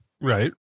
Right